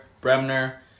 Bremner